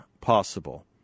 possible